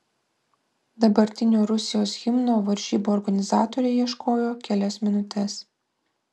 dabartinio rusijos himno varžybų organizatoriai ieškojo kelias minutes